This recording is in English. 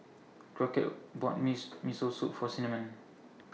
Crockett bought Miss Miso Soup For Cinnamon